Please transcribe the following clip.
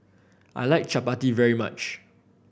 I like Chapati very much